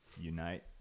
unite